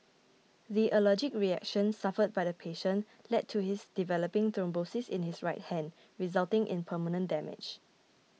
the allergic reaction suffered by the patient led to his developing thrombosis in his right hand resulting in permanent damage